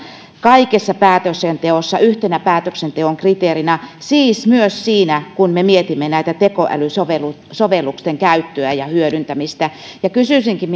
kaikessa päätöksenteossa yhtenä päätöksenteon kriteerinä siis myös silloin kun me mietimme tekoälysovellusten käyttöä ja hyödyntämistä kysyisinkin